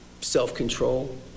self-control